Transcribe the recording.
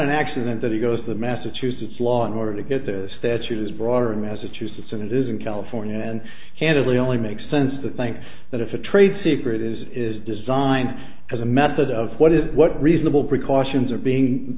an accident that he goes to massachusetts law in order to get the statute is broader in massachusetts and it is in california and candidly only makes sense to think that if a trade secret is is designed as a method of what is what reasonable precautions are being